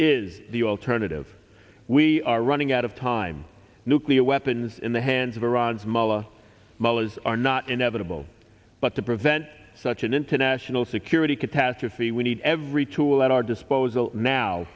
is the alternative we are running out of time nuclear weapons in the hands of iran's mullah mullahs are not inevitable but to prevent such an international security catastrophe we need every tool at our disposal now